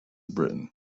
britain